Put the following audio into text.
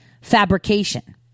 fabrication